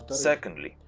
secondly,